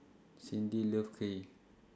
Cyndi loves Kheer